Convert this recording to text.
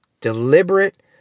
deliberate